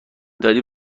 داری